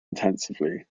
intensively